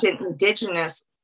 indigenous